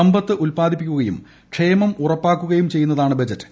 സമ്പത്ത് ഉത്പാദിപ്പിക്കുകയും ക്ഷേമം ഉറപ്പാക്കുകയും ചെയ്യുന്നതാണ് ബജറ്റ്